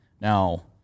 Now